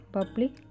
Public